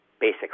basic